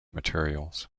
materials